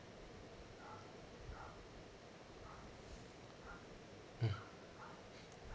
mm